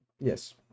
Yes